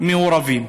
מעורבים?